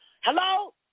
hello